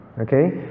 Okay